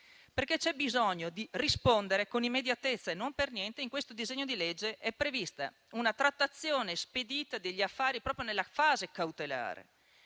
tempi, c'è bisogno di rispondere con immediatezza e non per niente in questo disegno di legge è prevista una trattazione spedita degli affari proprio nella fase cautelare.